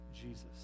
Jesus